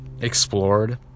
explored